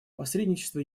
посредничество